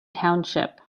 township